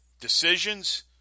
Decisions